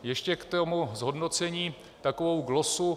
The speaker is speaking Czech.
Ještě k tomu zhodnocení takovou glosu.